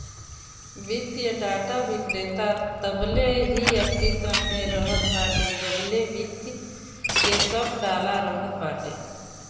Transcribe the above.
वित्तीय डाटा विक्रेता तबले ही अस्तित्व में रहत बाटे जबले वित्त के सब डाला रहत बाटे